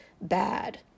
bad